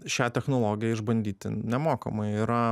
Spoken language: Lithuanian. šią technologiją išbandyti nemokamai yra